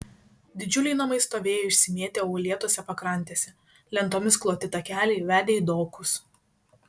didžiuliai namai stovėjo išsimėtę uolėtose pakrantėse lentomis kloti takeliai vedė į dokus